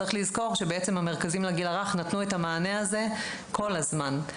צריך לזכור שבעצם מרכזי הגיל הרך נתנו את המענה הזה כל הזמן.